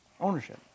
ownership